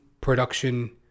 production